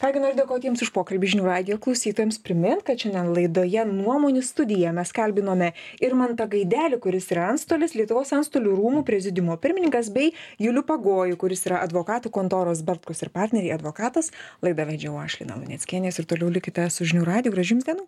ką gi noriu dėkot jums už pokalbį žinių radijo klausytojams primint kad šiandien laidoje nuomonių studija mes kalbinome irmantą gaidelį kuris yra antstolis lietuvos antstolių rūmų prezidiumo pirmininkas bei julių pagojų kuris yra advokatų kontoros bartkus ir partneriai advokatas laidą vedžiau aš lina luneckienė jūs ir toliau likite su žinių radiju gražių jums dienų